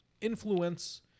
influence